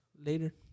Later